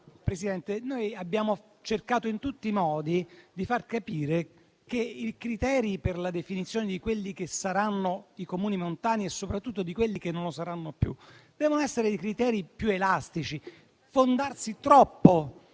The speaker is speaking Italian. Presidente, abbiamo cercato in tutti i modi di far capire che i criteri per la definizione di quelli che saranno i Comuni montani, e soprattutto di quelli che non lo saranno più, devono essere più elastici. Non ci si